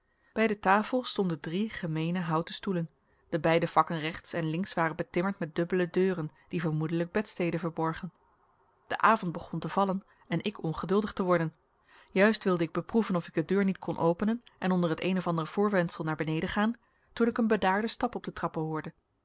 bij de tafel stonden drie gemeene houten stoelen de beide vakken rechts en links waren betimmerd met dubbele deuren die vermoedelijk bedsteden verborgen de avond begon te vallen en ik ongeduldig te worden juist wilde ik beproeven of ik de deur niet kon openen en onder het een of ander voorwendsel naar beneden gaan toen ik een bedaarden stap op de trappen hoorde